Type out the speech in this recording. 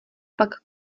pak